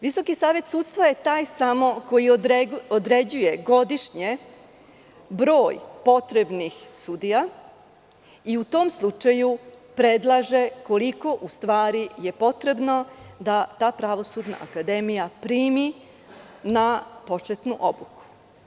Visoki savet sudstva je taj samo koji određuje godišnje broj potrebnih sudija i u tom slučaju predlaže koliko u stvari je potrebno da ta Pravosudna akademija prime na početnu obuku.